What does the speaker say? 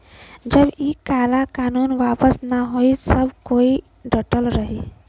जब इ काला कानून वापस न होई सब कोई डटल रही